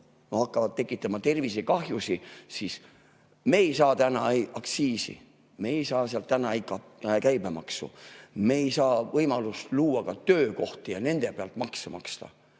hakkavad tekitama tervisekahjusid, siis me ei saa täna sealt aktsiisi, me ei saa sealt käibemaksu, me ei saa võimalust luua töökohti, mille pealt maksu makstaks,